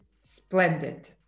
splendid